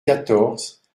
quatorze